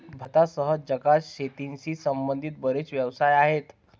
भारतासह जगात शेतीशी संबंधित बरेच व्यवसाय आहेत